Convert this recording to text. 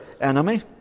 enemy